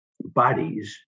bodies